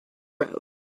road